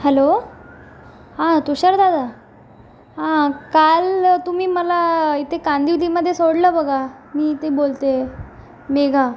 hello हां तुषार दादा हां काल तुम्ही मला इथे कांदिवलीमध्ये सोडलं बघा मी इथे बोलते मेघा